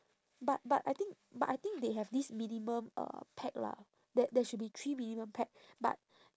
but but I think but I think they have this minimum uh pax lah there there should be three minimum pax but